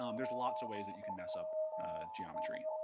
um there's lots of ways that you can mess up geometry.